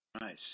Nice